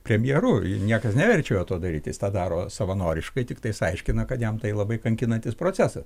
premjeru niekas neverčia to daryti jis tą daro savanoriškai tiktais aiškina kad jam tai labai kankinantis procesas